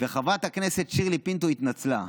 וחברת הכנסת שירלי פינטו התנצלה.